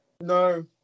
no